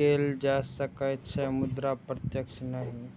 कैल जा सकै छै, मुदा प्रत्यक्ष नहि